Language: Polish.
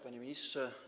Panie Ministrze!